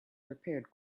repaired